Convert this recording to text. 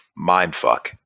mindfuck